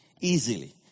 easily